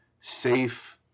safe